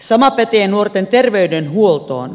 sama pätee nuorten terveydenhuoltoon